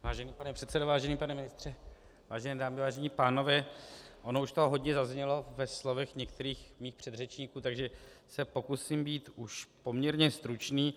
Vážený pane předsedo, vážený pane ministře, vážené dámy, vážení pánové, ono už toho hodně zaznělo ve slovech některých mých předřečníků, takže se pokusím být už poměrně stručný.